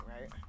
right